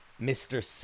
Mr